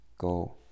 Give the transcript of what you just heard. Go